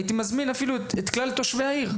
הייתי מזמין אפילו את כלל תושבי העיר,